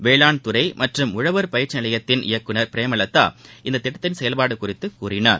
வேளாண்துறைமற்றும் உழவர் பயிற்சிநிலையத்தின் இயக்குநர் பிரேமலதா இந்தக் திட்டத்தின் செயல்பாடுகுறித்துகூறினார்